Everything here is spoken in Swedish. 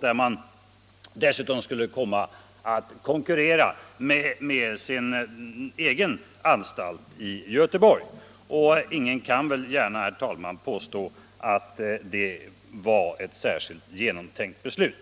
där man dessutom skulle komma att konkurrera med sin egen anstalt i Göteborg. Ingen kan väl gärna, herr talman, påstå att det var ett särskilt genomtänkt beslut.